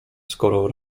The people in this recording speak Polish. skoro